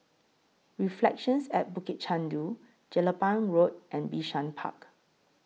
Reflections At Bukit Chandu Jelapang Road and Bishan Park